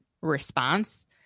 response